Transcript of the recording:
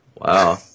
Wow